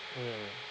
mm